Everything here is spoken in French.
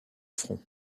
front